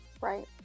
right